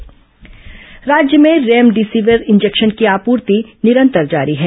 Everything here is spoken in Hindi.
रेमडेसिविर इंजेक्शन राज्य में रेमडेसिविर इंजेक्शन की आपूर्ति निरंतर जारी है